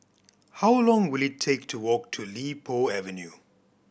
how long will it take to walk to Li Po Avenue